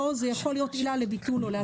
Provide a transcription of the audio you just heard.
זה יכול להיות עילה לביטול או להתליה.